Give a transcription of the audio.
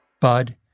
Bud